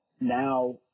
Now